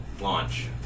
launch